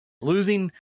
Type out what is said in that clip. Losing